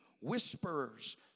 whisperers